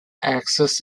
axis